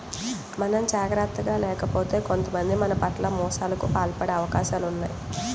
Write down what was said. మనం జాగర్తగా లేకపోతే కొంతమంది మన పట్ల మోసాలకు పాల్పడే అవకాశాలు ఉన్నయ్